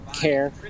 care